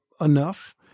enough